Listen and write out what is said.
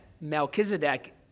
Melchizedek